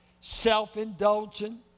self-indulgent